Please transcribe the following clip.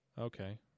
Okay